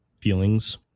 feelings